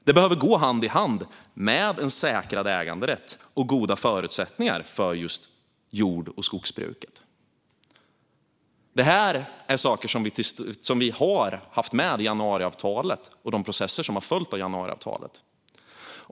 Det behöver gå hand i hand med en säkrad äganderätt och goda förutsättningar för jord och skogsbruket. Detta är saker som har funnits med i januariavtalet och de processer som har följt av januariavtalet.